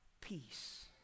Peace